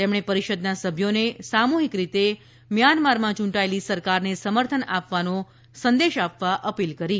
તેમણે પરિષદના સભ્યોને સામૂહિક રીતે મ્યાનમારમાં યૂંટાયેલી સરકારને સમર્થન આપવાનો સંદેશ આપવા અપીલ કરી હતી